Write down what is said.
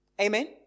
Amen